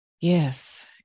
Yes